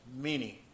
meaning